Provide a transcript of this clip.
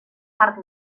parc